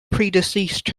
predeceased